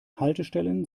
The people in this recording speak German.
haltestellen